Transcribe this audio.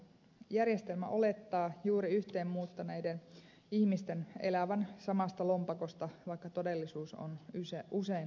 järjestelmä olettaa juuri yhteen muuttaneiden ihmisten elävän samasta lompakosta vaikka todellisuus on usein aivan toinen